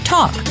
Talk